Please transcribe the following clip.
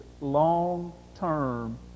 long-term